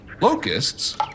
locusts